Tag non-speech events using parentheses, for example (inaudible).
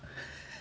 (laughs)